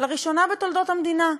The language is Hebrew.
לראשונה בתולדות המדינה,